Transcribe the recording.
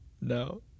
No